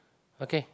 okay